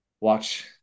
watch